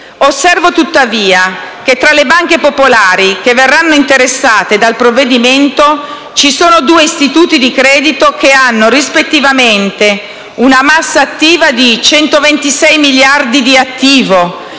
Osservo tuttavia che, tra le banche popolari che verranno interessate dal provvedimento, ci sono due istituti di credito che hanno rispettivamente una massa attiva di 126 miliardi (il Banco